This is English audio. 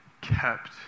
kept